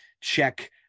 check